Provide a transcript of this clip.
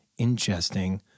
ingesting